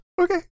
Okay